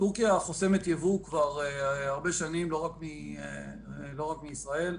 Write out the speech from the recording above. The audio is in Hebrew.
טורקיה חוסמת ייבוא כבר הרבה שנים, לא רק מישראל.